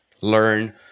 learn